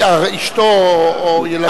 אשתו או ילדיו.